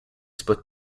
spots